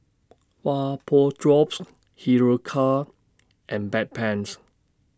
Vapodrops Hiruscar and Bedpans